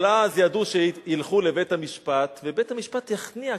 אבל אז ידעו שילכו לבית-המשפט ובית-המשפט יכניע,